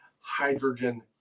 hydrogen